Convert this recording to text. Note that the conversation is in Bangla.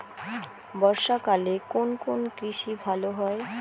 বর্ষা কালে কোন কোন কৃষি ভালো হয়?